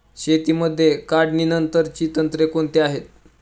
शेतीमध्ये काढणीनंतरची तंत्रे कोणती आहेत?